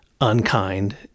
unkind